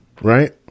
Right